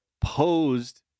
posed